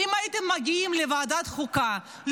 אם הייתם מגיעים לוועדת החוקה,